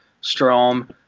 Strom